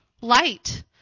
Light